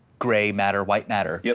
gray matter white matter. yep.